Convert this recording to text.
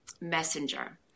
messenger